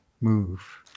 move